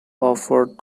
offered